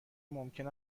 ممکن